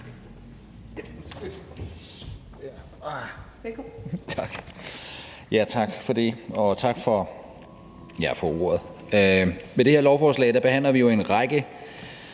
Martin Geertsen (V): Tak for ordet. Med det her lovforslag behandler vi jo en række